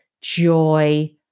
Joy